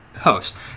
Host